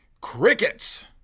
Crickets